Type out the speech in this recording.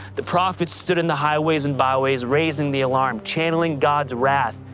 the prophets stood in the highways and byways, raising the alarm, channeling god's wrath,